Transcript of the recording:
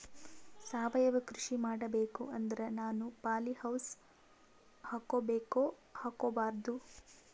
ಸಾವಯವ ಕೃಷಿ ಮಾಡಬೇಕು ಅಂದ್ರ ನಾನು ಪಾಲಿಹೌಸ್ ಹಾಕೋಬೇಕೊ ಹಾಕ್ಕೋಬಾರ್ದು?